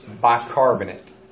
Bicarbonate